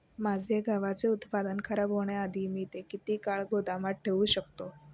माझे गव्हाचे उत्पादन खराब होण्याआधी मी ते किती काळ गोदामात साठवू शकतो?